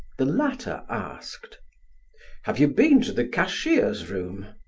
the latter asked have you been to the cashier's room?